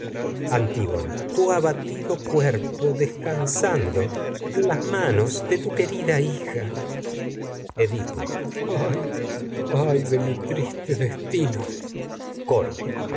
tu abatido descansando en las de tu querida hija epipo ay de mi triste destino